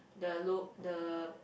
the low the